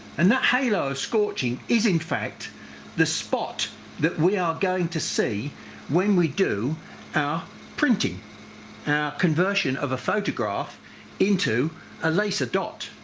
and that halo of scorching is in fact the spot that we are going to see when we do our ah printing. our conversion of a photograph into a laser dot,